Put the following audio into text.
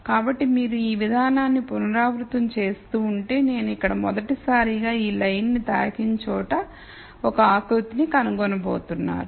కాబట్టి మీరు ఈ విధానాన్ని పునరావృతం చేస్తూ ఉంటే నేను ఇక్కడ మొదటిసారిగా ఈ లైన్ ను తాకిన చోట మీరు ఒక ఆకృతిని కనుగొనబోతున్నారు